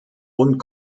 und